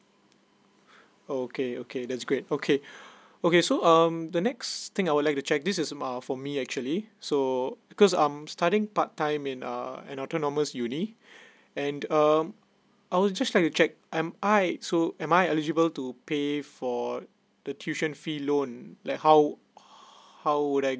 okay okay that's great okay okay so um the next thing I would like to check this is mm for me actually so because I'm studying part time in uh autonomous uni and err I would just like to check am I so am I eligible to pay for the tuition fee loan let how how would I